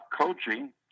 coaching